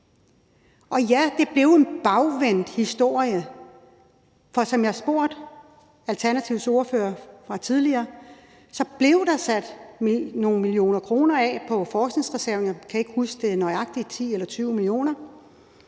Og ja, det blev en bagvendt historie, for som jeg spurgte Alternativets ordfører om tidligere, blev der sat nogle millioner kroner af på forskningsreserven – jeg kan ikke huske nøjagtig, om det var 10 eller